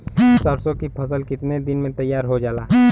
सरसों की फसल कितने दिन में तैयार हो जाला?